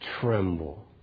tremble